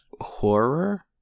horror